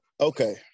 Okay